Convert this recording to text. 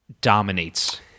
dominates